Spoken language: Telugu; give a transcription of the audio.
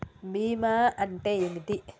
బీమా అంటే ఏమిటి?